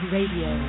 Radio